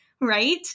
right